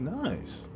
nice